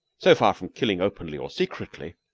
so far from killing openly or secretly,